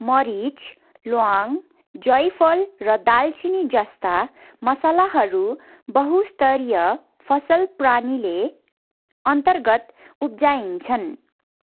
मरिच ल्वाङ्ग जाइफल र दालचिनी जस्ता मसलाहरू बहुस्तरीय फसल प्राणीले अन्तर्गत उब्जाइन्छन्